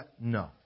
No